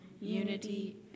unity